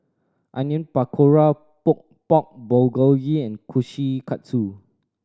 Onion Pakora Pork Bulgogi Kushikatsu